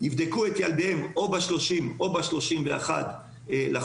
יבדקו את ילדיהם ב-30 או ב-31 בחודש,